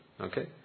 Okay